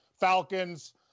Falcons